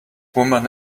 woman